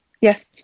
Yes